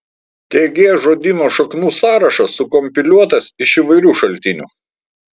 tg žodyno šaknų sąrašas sukompiliuotas iš įvairių šaltinių